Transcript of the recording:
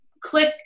Click